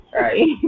right